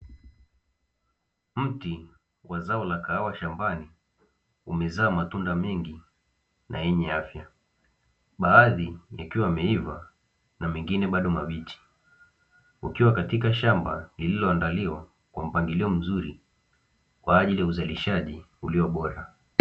Mti wa zao la kahawa shambani umezaa matunda mengi na yenye afya, baadhi yakiwa yameiva na mengine bado mabichi, ukiwa katika shamba lililoandaliwa kwa mpangilio mzuri kwa ajili ya uzalishaji ulio bora.